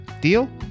Deal